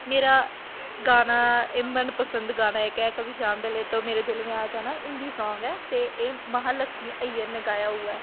मेरा गाना एह् मनपसंद गाना इक ऐ कभी शाम डले तो मेरे दिल में आ जाना हिंदी सांग ऐ ते एह् महालक्ष्मी अय्यर ने गाया हुआ है